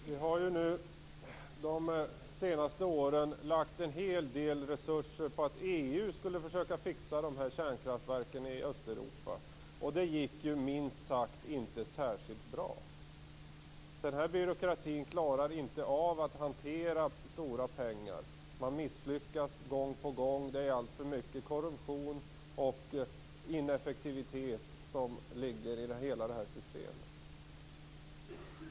Fru talman! Vi har de senaste åren lagt en hel del resurser på att EU skulle försöka fixa kärnkraftverken i Östeuropa. Detta gick, milt sagt, inte särskilt bra. Den byråkratin klarar inte av att hantera stora pengar. Man misslyckas gång på gång. Det ligger alltför mycket korruption och ineffektivitet i hela det systemet.